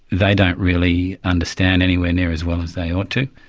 they don't really understand anywhere near as well as they ought to.